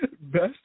best